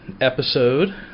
episode